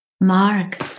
mark